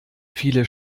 viele